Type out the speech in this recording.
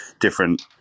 different